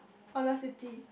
Honda City